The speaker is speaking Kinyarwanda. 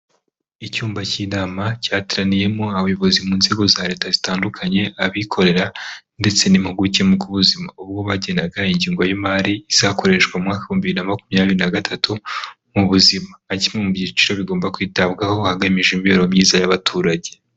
Icyumba cy'inama cyateraniyemo abayobozi mu nzego za leta zitandukanye, abikorera ndetse n'impuguke mu by'ubuzima ubwo bagenaga ingengo y'imari izakoreshwa mu bihumbi bibiri na makumyabiri na gatatu mu buzima, nka kimwe mu byiciro bigomba kwitabwaho hagamijwe imibereho myiza y'abaturage.